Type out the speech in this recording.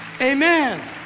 Amen